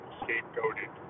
scapegoated